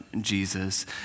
Jesus